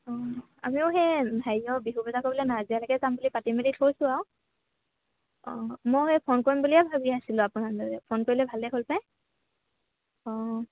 অঁ আমিও সেই হেৰিয়ৰ বিহু বজাৰ কৰিবলৈ নাজিৰালৈকে যাম বুলি পাতি মেলি থৈছোঁ আৰু অঁ মই সেই ফোন কৰিম বুলিয়ে ভাবি আছিলোঁ আপোনালৈ ফোন কৰিলে ভালে হ'ল পায় অঁ